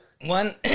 one